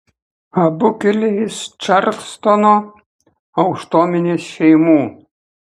abu kilę iš čarlstono aukštuomenės šeimų